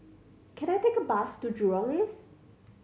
can I take a bus to Jurong East